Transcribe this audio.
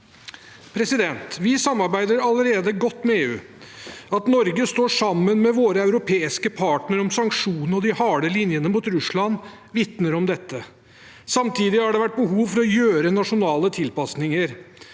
betyr. Vi samarbeider allerede godt med EU. At Norge står sammen med våre europeiske partnere om sanksjonene og de harde linjene mot Russland, vitner om dette. Samtidig har det vært behov for å gjøre nasjonale tilpasninger.